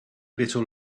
little